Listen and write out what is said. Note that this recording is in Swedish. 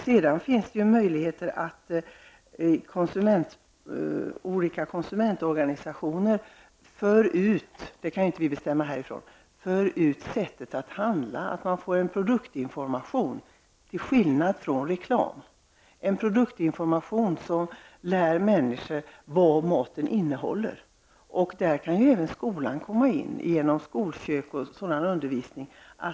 Det finns också möjligheter för olika konsumentorganisationer att informera om det sätt på vilket konsumenten bör handla. Det kan ske genom produktinformation till skillnad från reklam. Det är dock något som inte vi här kan besluta om. Det skall vara en produktinformation som lär människor vad maten innehåller. Där kan också skolan komma in i bilden genom skolköket och undervisning om mat.